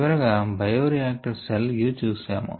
చివరి గా bioreactor cell view చూశాము